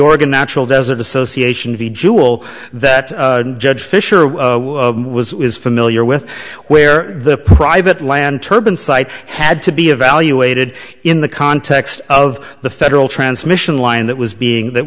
oregon natural desert association v jewel that judge fisher was familiar with where the private land turban site had to be evaluated in the context of the federal transmission line that was being that